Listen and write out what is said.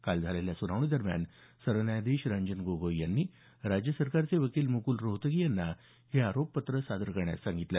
काल झालेल्या सुनावणी दरम्यान सरन्यायाधीश रंजन गोगोई यांनी राज्य सरकारचे वकील मुकूल रोहतगी यांना हे आरोपपत्र सादर करण्यास सांगितलं